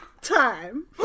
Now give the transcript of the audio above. time